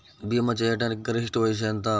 భీమా చేయాటానికి గరిష్ట వయస్సు ఎంత?